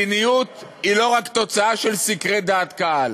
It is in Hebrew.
מדיניות היא לא רק תוצאה של סקרי דעת קהל,